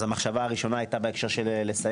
המחשבה הראשונה הייתה לסייע.